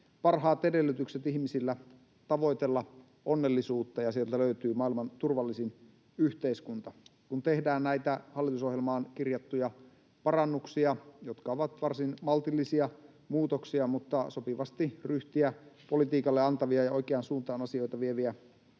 parhaat edellytykset ihmisillä tavoitella onnellisuutta ja sieltä löytyy maailman turvallisin yhteiskunta. Kun tehdään maahanmuuttopolitiikkaan näitä hallitusohjelmaan kirjattuja parannuksia, jotka ovat varsin maltillisia, mutta sopivasti ryhtiä politiikalle antavia ja oikeaan suuntaan asioita vieviä